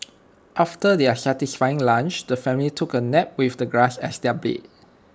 after their satisfying lunch the family took A nap with the grass as their bed